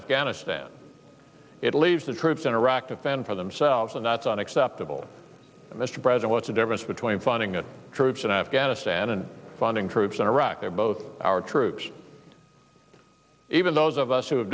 afghanistan it leaves the troops in iraq to fend for themselves and that's unacceptable mr president what's the difference between funding the troops in afghanistan and funding troops in iraq where both our troops even those of us who